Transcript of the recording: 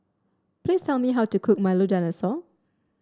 please tell me how to cook Milo Dinosaur